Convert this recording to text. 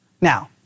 Now